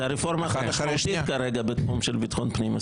זאת הרפורמה הכי משמעותית כרגע בתחום של ביטחון פנים,